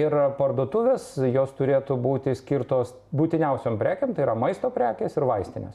ir parduotuvės jos turėtų būti skirtos būtiniausiom prekėm tai yra maisto prekės ir vaistinės